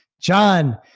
John